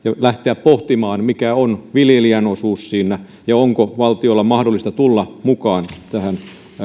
lähteä pohtimaan mikä on viljelijän osuus siinä ja onko valtion mahdollista tulla mukaan tähän